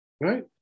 right